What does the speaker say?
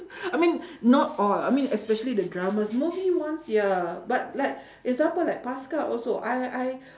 I mean not all I mean especially the dramas movies one ya but like example like paskal also I I